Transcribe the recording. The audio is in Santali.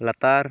ᱞᱟᱛᱟᱨ